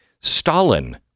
Stalin